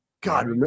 God